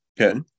Okay